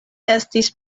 estis